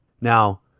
Now